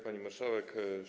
Pani Marszałek!